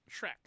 Shrek